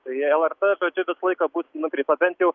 tai į lrt žodžiu visą laiką bus nukreipta bent jau